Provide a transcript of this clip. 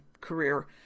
career